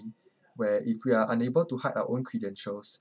where if we are unable to hide our own credentials